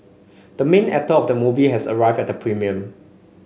the main actor of the movie has arrived at the premiere